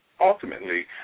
ultimately